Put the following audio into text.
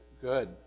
Good